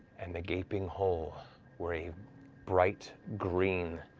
and the gaping hole where a bright green,